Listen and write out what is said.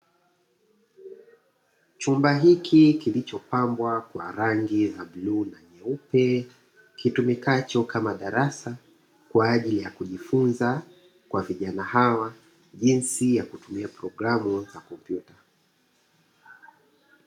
Chumba hiki kilichopambwa kwa rangi za bluu na nyeupe, kikitumika kama darasa kwa ajili ya vijana kujifunza jinsi ya kutumia programu za kompyuta.